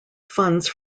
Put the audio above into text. funds